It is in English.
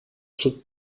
should